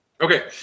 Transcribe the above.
Okay